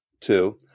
Two